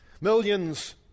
Millions